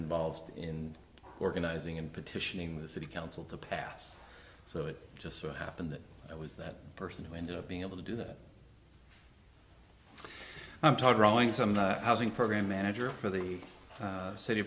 involved in organizing and petitioning the city council to pass so it just so happened that i was that person who ended up being able to do that i'm talking rowing some housing program manager for the city